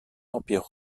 empire